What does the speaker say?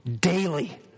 daily